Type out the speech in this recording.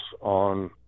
on